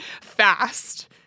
fast